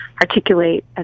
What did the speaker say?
articulate